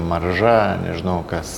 marža nežinau kas